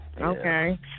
Okay